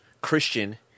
Christian